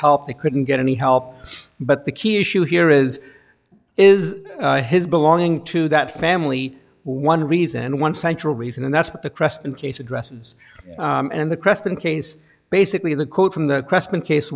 help they couldn't get any help but the key issue here is is his belongings to that family one reason and one central reason and that's what the crest in case addresses and the christian case basically the quote from the question case